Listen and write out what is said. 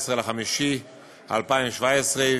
עשיתם לובי,